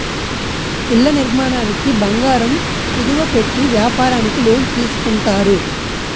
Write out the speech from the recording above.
ఇళ్ల నిర్మాణానికి బంగారం కుదువ పెట్టి వ్యాపారానికి లోన్ తీసుకుంటారు